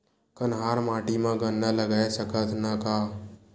कन्हार माटी म गन्ना लगय सकथ न का?